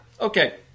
Okay